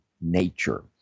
nature